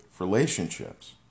relationships